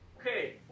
Okay